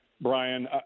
Brian